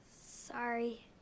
Sorry